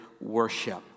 worship